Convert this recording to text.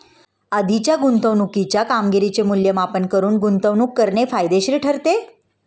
आधीच्या गुंतवणुकीच्या कामगिरीचे मूल्यमापन करून गुंतवणूक करणे फायदेशीर ठरते